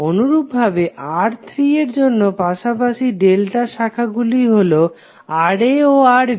অনুরূপভাবে R3 এর জন্য পাশাপাশি ডেল্টা শাখা গুলি হলো Ra ও Rb